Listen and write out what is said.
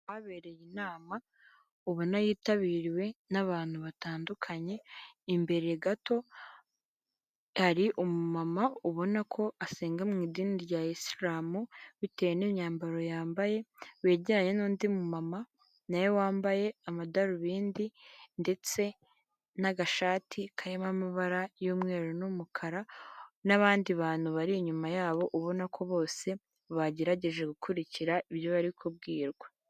Ahabereye inama ubona yitabiriwe n'abantu batandukanye, imbere gato hari umumama ubona ko asenga mu idini rya isiramu bitewe n'imyambaro yambaye, wegeranye n'undi mumama na wambaye amadarubindi ndetse n'agashati karimo amabara y'umweru n'umukara n'abandi bantu bari inyuma yabo ubona ko bose bagerageje gukurikira ibyo bari kubwirwa.